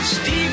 Steve